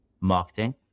marketing